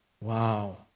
Wow